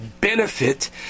benefit